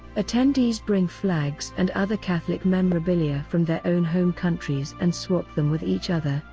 attendees bring flags and other catholic memorabilia from their own home countries and swap them with each other,